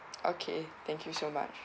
okay thank you so much